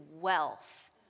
wealth